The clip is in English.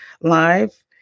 live